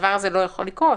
הדבר הזה לא יכול לקרות.